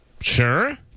Sure